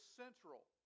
central